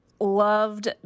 Loved